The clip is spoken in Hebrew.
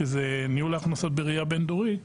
שזה ניהול ההכנסות בראייה בין דורית,